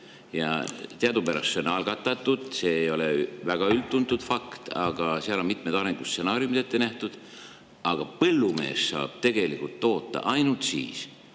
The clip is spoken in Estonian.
Teadupärast on see algatatud, see ei ole väga üldtuntud fakt, ja seal on mitmed arengustsenaariumid ette nähtud. Aga põllumees saab tegelikult toota ainult siis,